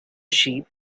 sheep